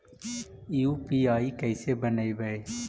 UPI कैसे बनइबै?